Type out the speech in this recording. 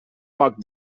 poc